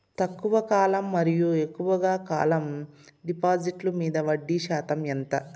తక్కువ కాలం మరియు ఎక్కువగా కాలం డిపాజిట్లు మీద వడ్డీ శాతం ఎంత?